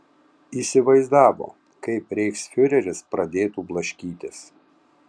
įsivaizdavo kaip reichsfiureris pradėtų blaškytis